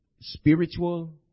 spiritual